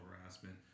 harassment